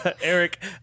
Eric